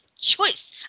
choice